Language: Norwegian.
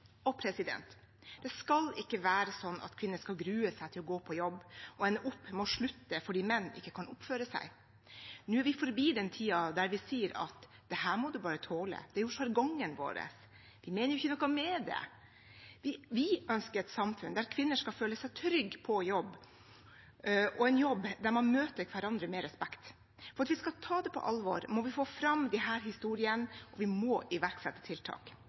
Det skal ikke være sånn at kvinner skal grue seg til å gå på jobb, og at en må slutte fordi menn ikke kan oppføre seg. Nå er vi forbi den tiden da vi sier at dette må du bare tåle, det er sjargongen vår, vi mener ikke noe med det. Vi ønsker et samfunn der kvinner skal føle seg trygge på jobb – en jobb der man møter hverandre med respekt. For at vi skal ta det på alvor, må vi få fram disse historiene, og vi må iverksette tiltak.